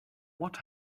what